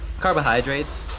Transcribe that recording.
Carbohydrates